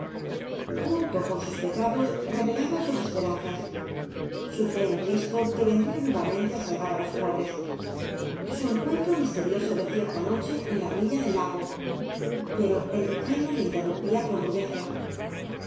junto con sus pecados revelaba sus esperanzas bu fe en cristo que vendría nuevamente á calvar a los pobres su encuentro misterioso de cierta noche en la orilla del lago pero el vicario le interrumpía con rudeza